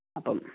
അപ്പം